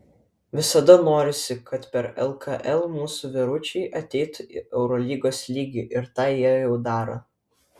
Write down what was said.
visada norisi kad per lkl mūsų vyručiai ateitų į eurolygos lygį ir tą jie jau daro